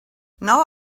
now